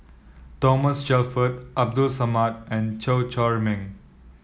Thomas Shelford Abdul Samad and Chew Chor Ming